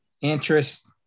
Interest